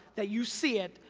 that you see it,